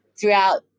throughout